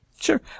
Sure